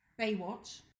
Baywatch